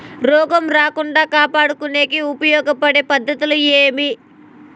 రోగం రాకుండా కాపాడుకునేకి ఉపయోగపడే పద్ధతులు ఏవి?